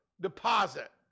deposit